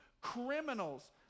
criminals